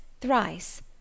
thrice